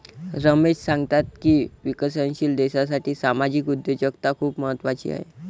रमेश सांगतात की विकसनशील देशासाठी सामाजिक उद्योजकता खूप महत्त्वाची आहे